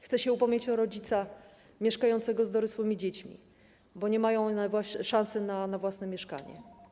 Chcę się upomnieć o rodzica mieszkającego z dorosłymi dziećmi, bo nie mają one szansy na własne mieszkanie.